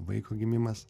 vaiko gimimas